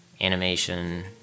animation